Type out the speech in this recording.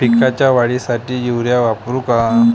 पिकाच्या वाढीसाठी युरिया वापरू का?